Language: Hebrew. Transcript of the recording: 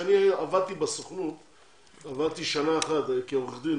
כשאני עבדתי בסוכנות, עבדתי שנה כעורך דין,